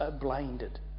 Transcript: blinded